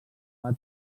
pati